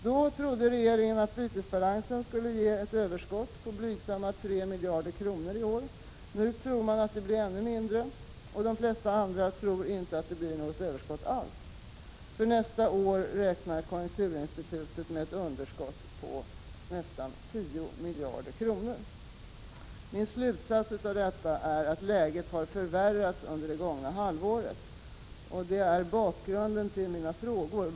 Då trodde regeringen att bytesbalansen skulle ge ett överskott på blygsamma 3 miljarder kronor, nu tror man att det blir ännu mindre och de flesta andra tror inte att det blir något överskott alls. För nästa år räknar konjunkturinstitutet med ett underskott på nästan 10 miljarder kronor. Min slutsats av detta är att läget har förvärrats under det gångna halvåret, och det är bakgrunden till mina frågor.